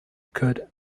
could